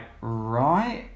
right